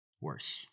worse